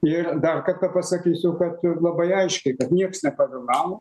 ir dar kartą pasakysiu kad labai aiškiai kad nieks nepavėlavo